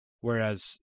Whereas